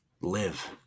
live